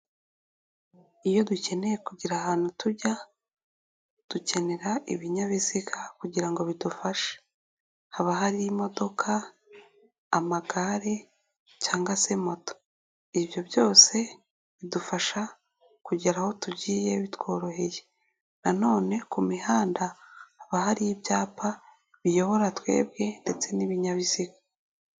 Iyo dukeneye kugera ahantu tujya. Dukenera ibinyabiziga kugira bidufashe. Haba harimo: amagare cyangwa se moto. Ibyo byose bidufasha kugera aho tugiye bitworoheye. Na none ku mihanda haba hari ibyapa biyobora twebwe ndetse n'ibinyabiziga.